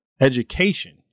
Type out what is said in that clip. Education